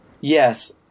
yes